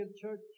church